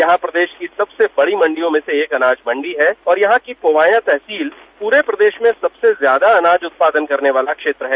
यहां प्रदेश की सबसे बड़ी मंडियों में से एक अनाज मंडी है और यहां की पुवायां तहसील पूरे प्रदेश में सबसे ज्यादा अनाज उत्पादन करने वाला क्षेत्र है